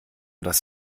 das